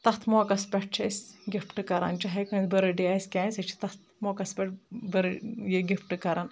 تتھ موقعس پٮ۪ٹھ چھِ أسۍ گفٹہٕ کَران چاہے کٲنٛسہِ بٔرتھ ڈے آسہِ کیٚنٛہہ آسہِ أسۍ چھِ تَتھ موقعس پؠٹھ بٔر یہِ گفٹہٕ کران